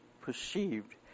perceived